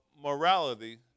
morality